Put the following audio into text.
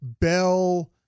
Bell